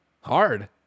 Hard